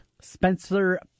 Spencer